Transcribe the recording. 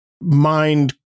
mind